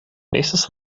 nächstes